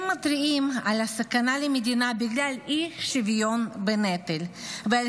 הם מתריעים על הסכנה למדינה בגלל אי-שוויון בנטל ועל